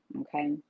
okay